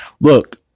look